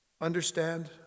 understand